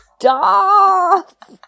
stop